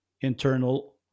internal